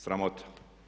Sramota!